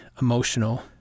emotional